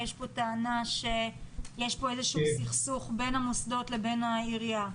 יש פה טענה שיש איזשהו סכסוך בין המוסדות לבין העירייה.